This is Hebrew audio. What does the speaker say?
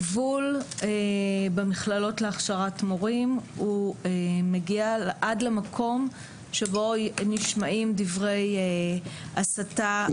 הגבול במכללות להכשרת מורים מגיע עד למקום שבו נשמעים דברי הסתה,